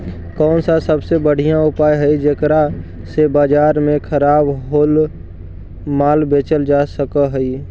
कौन सा सबसे बढ़िया उपाय हई जेकरा से बाजार में खराब होअल माल बेचल जा सक हई?